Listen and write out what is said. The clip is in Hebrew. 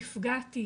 נפגעתי,